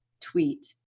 tweet